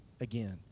again